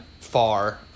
far